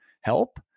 help